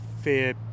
fear